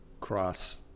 cross